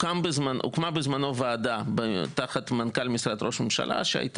בזמנו הוקמה תחת מנכ"ל משרד ראש הממשלה ועדה שהייתה